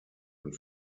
und